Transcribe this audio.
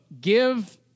give